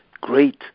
great